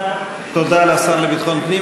תודה לשר לביטחון פנים.